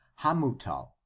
Hamutal